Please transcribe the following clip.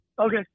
Okay